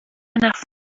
enough